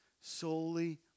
solely